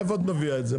מאיפה את מביאה את זה?